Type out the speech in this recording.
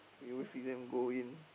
we always see them go in